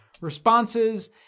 responses